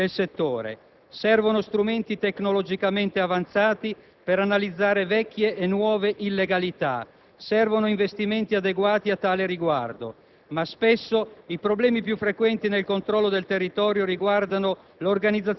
La situazione della sicurezza in Italia è, infatti, paradossale: con un numero di addetti e un livello di spesa simili agli altri Paesi europei, si ottengono risultati insoddisfacenti, sia per i cittadini che per gli operatori del settore.